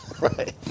Right